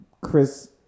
Chris